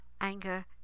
anger